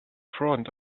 front